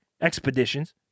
expeditions